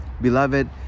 Beloved